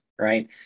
right